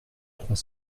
trois